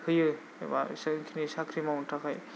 होयो एबा साख्रि मावनो थाखाय